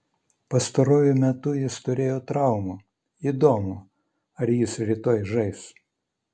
pastaruoju metu jis turėjo traumų įdomu ar jis rytoj žais